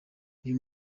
uyu